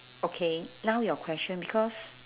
okay now your question because